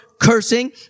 cursing